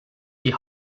die